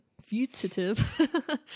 Fugitive